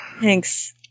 Thanks